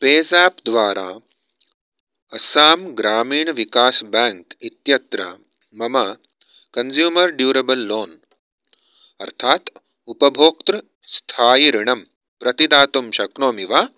PayZapp द्वारा Assam Gramin Vikas bank इत्यत्र मम कन्ज्यूमर् ड्यूरेबल लोन् अर्थात् उपभोक्तृ स्थायि ऋणम् प्रतिदातुं शक्नोमि वा